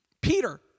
Peter